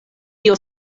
dio